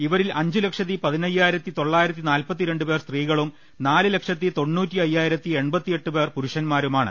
ഇവരിൽ അഞ്ചുല ക്ഷത്തി പതിനയ്യായിരത്തി തൊള്ളായിരത്തി നാൽപത്തി രണ്ട് പേർ സ്ത്രീകളും നാല് ലക്ഷത്തി തൊണ്ണൂറ്റി അയ്യായിരത്തി എൺപത്തി എട്ട് പേർ പുരുഷന്മാരുമാണ്